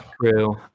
true